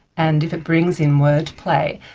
and if it brings in word play,